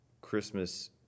Christmas